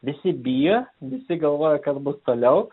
visi bijo visi galvoja kas bus toliau